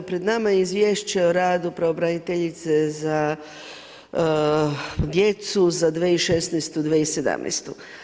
Pred nama je izvješće o radu Pravobraniteljice za djecu za 2016. i 2017.